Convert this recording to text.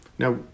Now